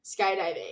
skydiving